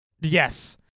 Yes